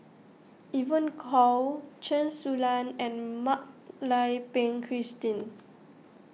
Evon Kow Chen Su Lan and Mak Lai Peng Christine